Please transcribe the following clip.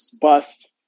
Bust